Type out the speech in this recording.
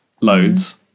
loads